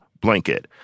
blanket